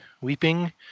weeping